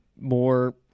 more